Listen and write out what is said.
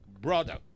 brother